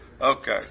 Okay